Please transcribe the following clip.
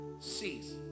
cease